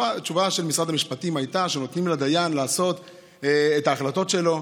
התשובה של משרד המשפטים הייתה שנותנים לדיין לעשות את ההחלטות שלו,